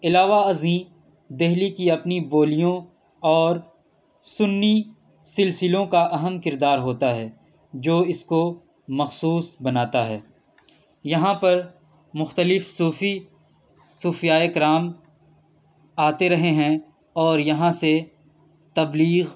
علاوہ ازیں دہلی کی اپنی بولیوں اور سنی سلسلوں کا اہم کردار ہوتا ہے جو اس کو مخصوص بناتا ہے یہاں پر مختلف صوفی صوفیائے کرام آتے رہے ہیں اور یہاں سے تبلیغ